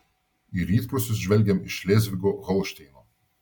į rytprūsius žvelgiam iš šlėzvigo holšteino